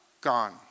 Gone